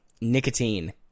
nicotine